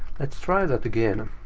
let's try that again.